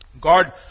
God